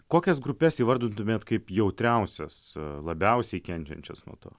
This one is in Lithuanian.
kokias grupes įvardintumėt kaip jautriausias labiausiai kenčiančios nuo to